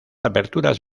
aperturas